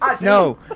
no